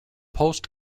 post